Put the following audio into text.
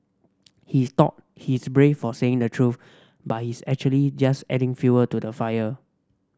he thought he's brave for saying the truth but he's actually just adding fuel to the fire